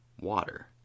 water